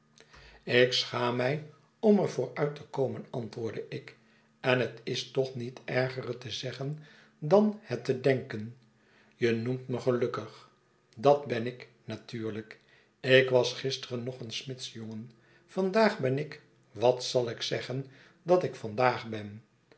ik schaam mij om er voor uit te komen antwoordde ik en het is toch niet erger het te zeggen dan het te denken je noemt me gelukkig dat ben ik natuurlijk ik was gisteren nog een smidsjongen vandaag ben ik wat zal ik zeggen dat ik vandaag ben